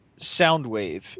Soundwave